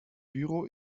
büro